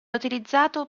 utilizzato